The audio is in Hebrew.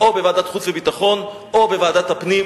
בוועדת החוץ והביטחון או בוועדת הפנים,